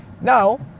Now